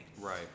right